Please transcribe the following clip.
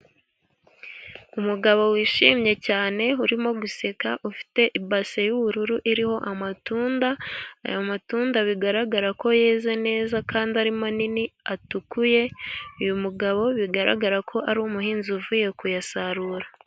Umugabo wishimye cyane urimo guseka, ufite ibase y'ubururu, iriho amatunda .Aya matunda bigaragara ko yeze neza ,kandi ari manini atukuye. Uyu mugabo bigaragara ko ari umuhinzi uvuye kuyasarura.